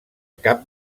cap